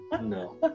no